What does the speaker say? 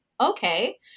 okay